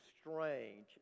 strange